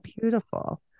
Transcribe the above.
beautiful